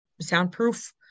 soundproof